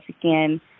again